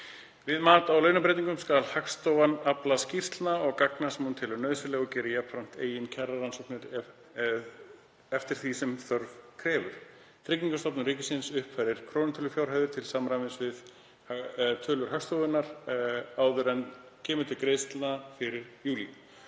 Við mat á launabreytingum skal Hagstofan afla skýrslna og gagna sem hún telur nauðsynleg og gerir jafnframt eigin kjararannsóknir eftir því sem þörf krefur. Tryggingastofnun ríkisins uppfærir krónutölufjárhæðir til samræmis við tölur Hagstofunnar áður en kemur til greiðslna fyrir júlí.